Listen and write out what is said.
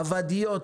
הוואדיות,